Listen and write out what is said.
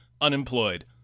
unemployed